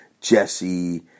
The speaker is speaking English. Jesse